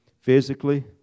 physically